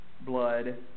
blood